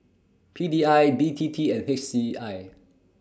P D I B T T and H C I